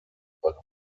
über